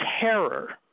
terror